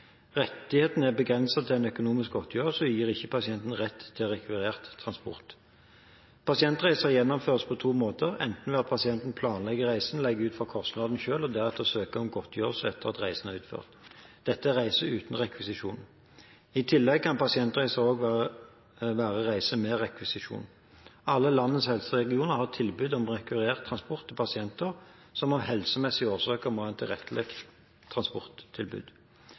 Rettigheten er begrenset til en økonomisk godtgjørelse, og gir ikke pasientene rett til rekvirert transport. Pasientreiser gjennomføres på to måter: Ved at pasienten planlegger reisen, legger ut for kostnaden selv og deretter søker om godtgjørelse etter at reisen er utført. Dette er reiser uten rekvisisjon. I tillegg kan pasientreiser også være reiser med rekvisisjon. Alle landets helseregioner har tilbud om rekvirert transport til pasienter som av helsemessige årsaker må ha et tilrettelagt transporttilbud.